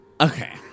Okay